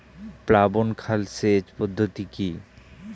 প্লাবন খাল সেচ পদ্ধতি কি?